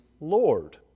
Lord